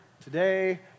Today